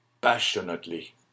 Passionately